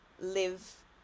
live